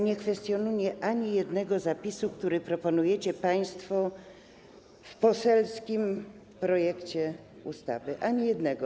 Nie kwestionuję ani jednego zapisu, który proponujecie państwo w poselskim projekcie ustawy - ani jednego.